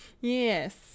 Yes